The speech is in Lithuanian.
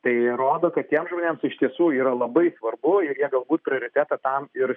tai rodo kad tiems žmonėms iš tiesų yra labai svarbu ir jie galbūt prioritetą tam ir